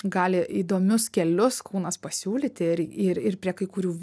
gali įdomius kelius kūnas pasiūlyti ir ir ir prie kai kurių